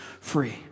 free